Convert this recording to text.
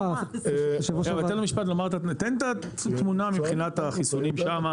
תן את התמונה מבחינת החיסונים שמה.